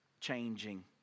changing